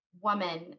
woman